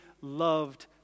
loved